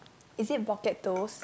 is it pocket dose